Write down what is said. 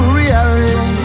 reality